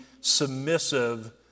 submissive